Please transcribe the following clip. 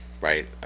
right